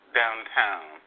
downtown